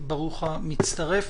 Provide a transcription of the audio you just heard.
ברוך המצטרף.